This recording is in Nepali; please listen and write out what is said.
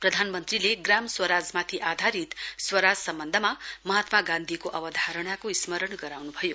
प्रधानमन्त्रीले ग्राम स्वराजमाथि आधारित स्वराज सम्बन्धमा महात्मा गान्धीको अवधारणाको स्मरण गर्नुभयो